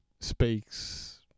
Speaks